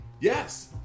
Yes